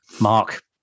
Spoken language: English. Mark